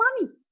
money